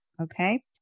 Okay